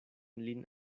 lin